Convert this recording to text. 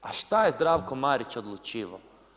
A šta je Zdravko Marić odlučivao?